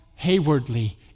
haywardly